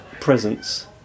Presence